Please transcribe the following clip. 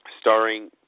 starring